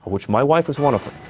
which my wife was one of them.